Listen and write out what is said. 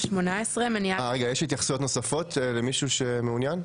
יש התייחסויות נוספות למי שמעוניין?